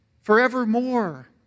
Forevermore